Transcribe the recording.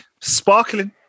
sparkling